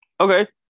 Okay